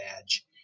badge